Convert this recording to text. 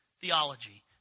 theology